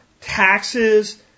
taxes